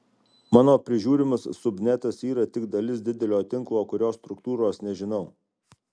mano prižiūrimas subnetas yra tik dalis didelio tinklo kurio struktūros nežinau